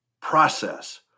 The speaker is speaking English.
Process